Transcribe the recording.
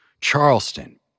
Charleston